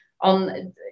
on